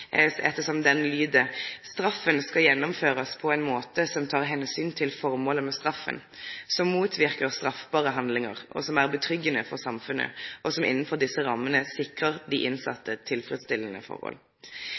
ettersom det lyder: «Straffen skal gjennomføres på en måte som tar hensyn til formålet med straffen, som motvirker nye straffbare handlinger, som er betryggende for samfunnet og som innenfor disse rammene sikrer de innsatte tilfredsstillende forhold.»